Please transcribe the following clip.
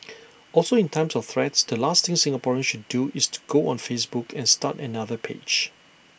also in times of threats the last thing Singaporeans should do is to go on Facebook and start another page